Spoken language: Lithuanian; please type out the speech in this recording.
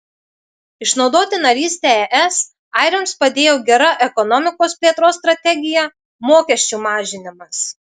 išnaudoti narystę es airiams padėjo gera ekonomikos plėtros strategija mokesčių mažinimas